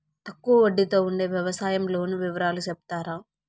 తక్కువ వడ్డీ తో ఉండే వ్యవసాయం లోను వివరాలు సెప్తారా?